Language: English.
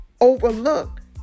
overlooked